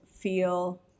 feel